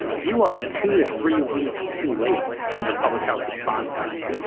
you are two to three weeks too late in your public health response time.